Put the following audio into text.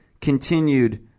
continued